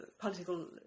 political